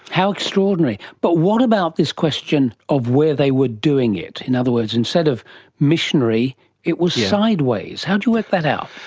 how extraordinary. but what about this question of where they were doing it? in other words, instead of missionary it was sideways. how did you work that out?